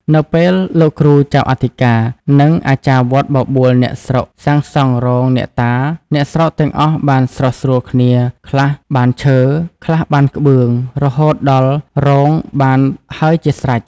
នៅពេលលោកគ្រូចៅអធិការ និងអាចារ្យវត្តបបួលអ្នកស្រុកសាងសង់រោងអ្នកតាអ្នកស្រុកទាំងអស់បានស្រុះស្រួលគ្នាខ្លះបានឈើ ខ្លះបានក្បឿង រហូតដល់រោងបានហើយជាស្រេច ។